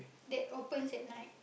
that opens at night